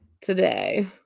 today